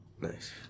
Nice